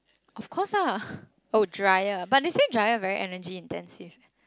of course ah I would dryer but they said dryer is very energy intensive